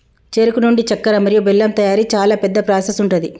చెరుకు నుండి చెక్కర మరియు బెల్లం తయారీ చాలా పెద్ద ప్రాసెస్ ఉంటది